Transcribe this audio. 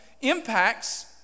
impacts